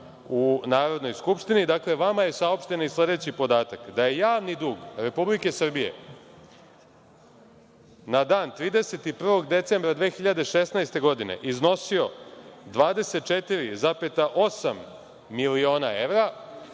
u Narodnoj skupštini, dakle, vama je saopšten i sledeći podatak – da je javni dug Republike Srbije na dan 31. decembra 2016. godine iznosio 24,8 milijardi evra,